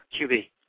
QB